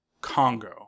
congo